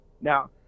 Now